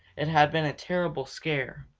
it had been a terrible scare,